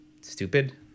stupid